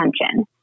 attention